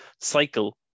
cycle